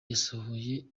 yasohoye